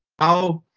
how?